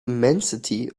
immensity